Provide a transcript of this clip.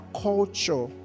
culture